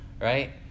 right